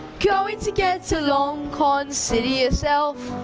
going to get along consider yourself